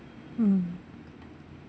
mm